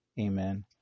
Amen